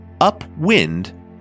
upwind